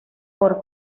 por